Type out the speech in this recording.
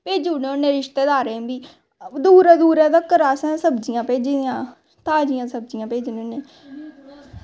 भेजी ओड़ने होन्ने रिश्तेदारें बी दूरै दूरै तक्कर असैं सब्जियां भेजी दियां ताजियां सब्जियां भेजने होन्ने